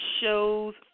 shows